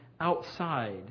outside